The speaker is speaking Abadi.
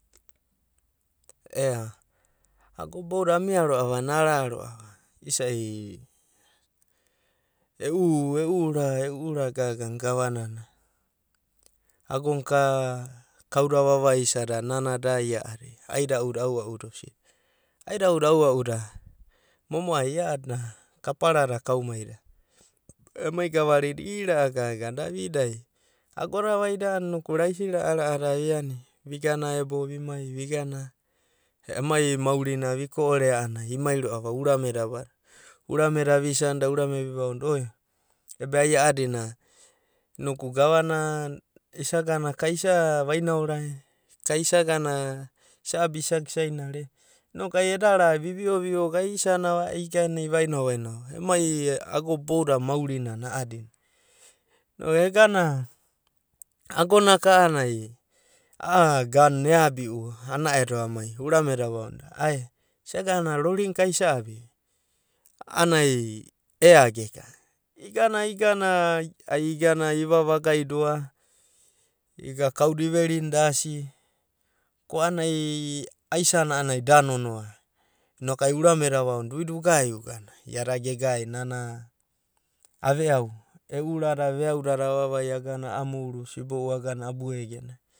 Ea, agoa da bou dadai amia roa’va a’anana ara roa’va isai e’u, e’u ura gaga na gava nana ago naka kau da vava isa da na da ia adi aida’u aua’u da osidi. Aida uda, aua uda momoai ia adina kapara da kaumaida, emai gavarida ira’a gaga da vidai agoda vaida a’anaa inoku raisi ra’a ra’a da iani vigana ebe vimai, vigana emai maurina viko’ore a’anana imai roa’va urame da abadadai. Urame da visdanida, urame da vivaonida oe ebe ai a’adina noku gava na isa gana ka isa vainaora e, ka isa abia isagana isa inaria e’ noku ai eda ra, vivio vio gai isaniava ai igana ivainaovainao emai agoda boudada maurinana a’adina noku egana agona ka aonanai, a’a ganuna eabi’u ana edo amai urame da ava onida, aena isagana rorinaka isa abia e a’anana ai ea geka. Igana igana ai igana ava vagaidona, kauda iverinda asi, ko a’anana aisana a’anana da nonoa noku ai urameda ava onida uida ugai ugana iada gegai nana aveau e’u ura da veaudada avaval agana amouru sibo’u agana abu egana